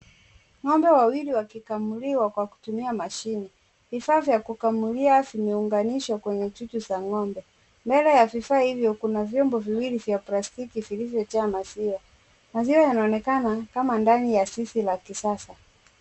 Ng'ombe wawili wakikamuliwa kwa kutumia mashini . Vifaa vya kukamulia vimeunganishwa kwenye chuchu za ng'ombe. Mbele ya vifaa hivyo kuna vyombo viwili vya plastiki vilivyojaa maziwa. maziwa yanaonekana kama ndani ya zizi la kisasa.